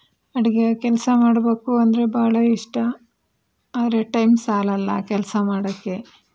ಅಡಿಗೆ ಕೆಲಸ ಮಾಡಬೇಕು ಅಂದರೆ ಭಾಳ ಇಷ್ಟ ಆದರೆ ಟೈಮ್ ಸಾಲೋಲ್ಲ ಆ ಕೆಲಸ ಮಾಡೋಕ್ಕೆ